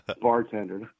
bartender